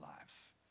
lives